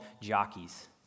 jockeys